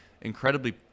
incredibly